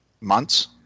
months